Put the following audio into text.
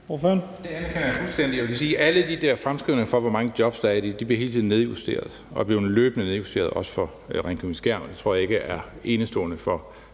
Det anerkender jeg fuldstændig. Jeg vil sige, at alle de der fremskrivninger af, hvor mange jobs der er i det, hele tiden bliver nedjusteret og er blevet løbende nedjusteret, også for Ringkøbing-Skjern. Det tror jeg ikke er enestående for